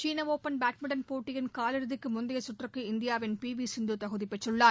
சீன open badminton போட்டியின் காலிறுதிக்கு முந்தைய சுற்றுக்கு இந்தியாவின் பி வி சிந்து தகுதிப்பெற்றுள்ளார்